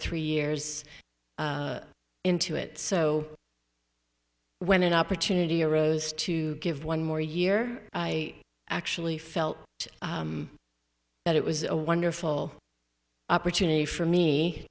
three years into it so when an opportunity arose to give one more year i actually felt that it was a wonderful opportunity for me